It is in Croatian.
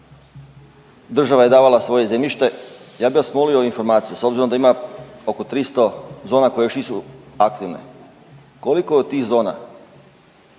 država je davala svoje zemljište. Ja bih vas molio informaciju s obzirom da ima oko 300 zona koje još nisu aktive, koliko je od tih zona